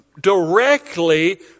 directly